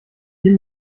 hier